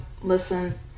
listen